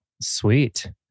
Sweet